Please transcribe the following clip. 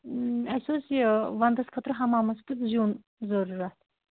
اَسہِ اوس یہِ وَندَس خٲطرٕ ہَمامَس کیُٚتھ زیُٚن ضروٗرت